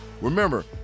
Remember